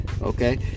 Okay